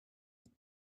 could